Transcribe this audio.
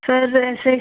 sir ऐसे